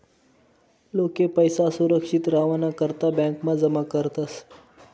लोके पैसा सुरक्षित रावाना करता ब्यांकमा जमा करतस